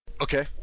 okay